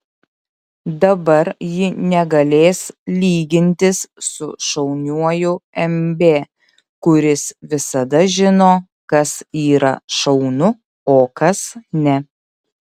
dabar ji negalės lygintis su šauniuoju mb kuris visada žino kas yra šaunu o kas ne